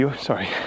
sorry